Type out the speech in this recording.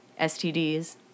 STDs